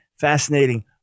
fascinating